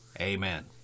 Amen